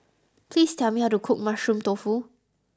please tell me how to cook Mushroom Tofu